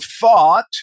thought